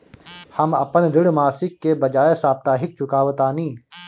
हम अपन ऋण मासिक के बजाय साप्ताहिक चुकावतानी